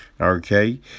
Okay